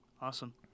awesome